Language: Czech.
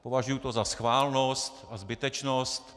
Považuji to za schválnost a zbytečnost.